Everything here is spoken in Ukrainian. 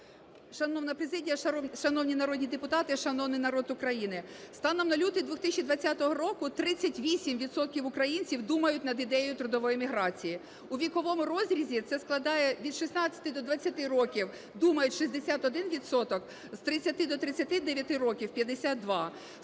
Шановна президія, шановні народні депутати, шановний народ України! Станом на лютий 2020 року 38 відсотків українців думають над ідеєю трудової міграції, у віковому розрізі це складає від 16 до 20 років думають 61 відсоток, з 30 до 39 років – 52,